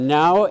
now